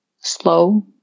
slow